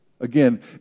Again